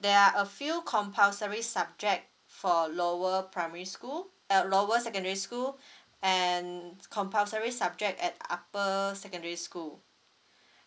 there are a few compulsory subject for lower primary school uh lower secondary school and compulsory subject at upper secondary school